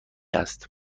است